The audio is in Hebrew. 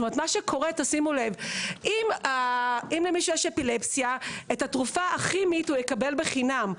מה שקורה זה שאם למישהו יש אפילפסיה את התרופה הכימית הוא יקבל בחינם,